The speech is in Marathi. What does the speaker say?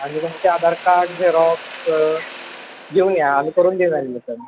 आणि तुमचं आधार कार्ड जेरॉक्स घेऊन या आम्ही करून देल अडमिशन